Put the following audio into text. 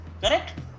Correct